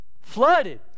Flooded